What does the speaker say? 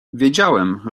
wiedziałem